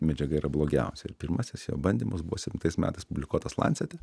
medžiaga yra blogiausia ir pirmasis jo bandymas buo septintais metais publikuotas lancete